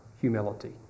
humility